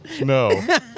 No